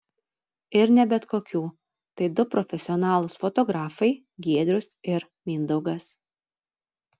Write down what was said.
ir ne bet kokių tai du profesionalūs fotografai giedrius ir mindaugas